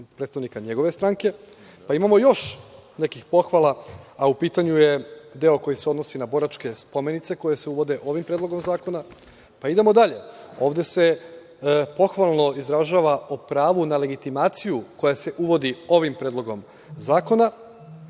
predstavnika njegove stranke. Pa, imamo još nekih pohvala, a u pitanju je deo koji se odnosi na boračke spomenice koje se uvode ovim Predlogom zakona. Idemo dalje. Ovde se pohvalno izražava o pravu na legitimaciju koja se uvodi ovim Predlogom zakona.